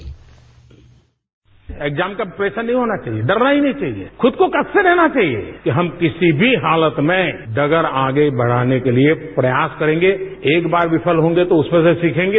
bite प्रधानमंत्री exam का pressure नहीं होना चाहिए डरना ही नहीं चाहिए खुद को कसते रहना चाहिए कि हम किसी भी हालत में डगर आगे बढ़ाने के लिए प्रयास करेंगे एक बार विफल होंगे तो उसमें से सीखेंगे